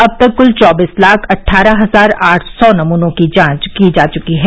अब तक क्ल चौबीस लाख अट्ठारह हजार आठ सौ नौ नमूनों की जांच की चकी है